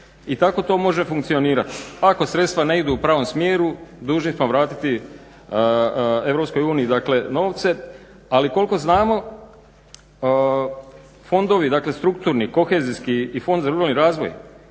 i tako to može funkcionirati. Ako sredstva ne idu u pravom smjeru dužni smo vratiti EU novce, ali koliko znamo fondovi, dakle strukturni, kohezijski i fond za ruralni razvoj